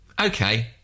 Okay